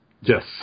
Yes